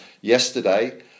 yesterday